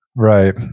Right